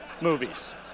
movies